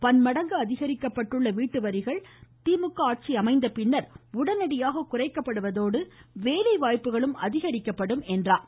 பன் மடங்கு அதிகரிக்கப்பட்டுள்ள வீட்டு வரிகள் திமுக ஆட்சி அமைந்த பின்னர் உடனடியாக குறைக்கப்படுவதோடு வேலை வாய்ப்புகளும் அதிகரிக்கப்படும் என்றார்